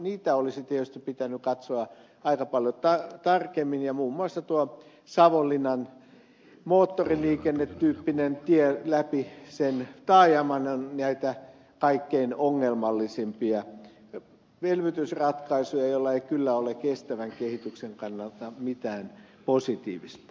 niitä olisi tietysti pitänyt katsoa aika paljon tarkemmin ja muun muassa tuo savonlinnan moottoriliikennetyyppinen tie läpi sen taajaman on näitä kaikkein ongelmallisimpia elvytysratkaisuja jossa ei kyllä ole kestävän kehityksen kannalta mitään positiivista